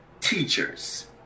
teachers